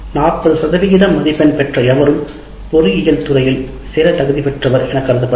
40 மதிப்பெண் பெற்ற எவரும் பொறியியல் துறையில் சேர தகுதி பெற்றவர் என கருதப்பட்டது